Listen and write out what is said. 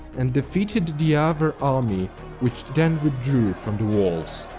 and defeated the avar army which then withdrew from the walls.